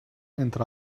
entre